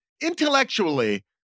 intellectually